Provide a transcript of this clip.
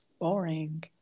Boring